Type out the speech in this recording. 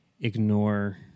ignore